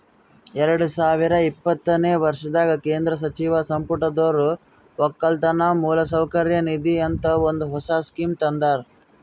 ಎರಡು ಸಾವಿರ ಇಪ್ಪತ್ತನೆ ವರ್ಷದಾಗ್ ಕೇಂದ್ರ ಸಚಿವ ಸಂಪುಟದೊರು ಒಕ್ಕಲತನ ಮೌಲಸೌಕರ್ಯ ನಿಧಿ ಅಂತ ಒಂದ್ ಹೊಸ ಸ್ಕೀಮ್ ತಂದಾರ್